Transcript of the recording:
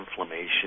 inflammation